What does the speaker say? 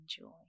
enjoy